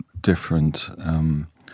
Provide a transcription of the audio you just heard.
different